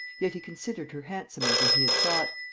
yet he considered her handsomer than he had thought,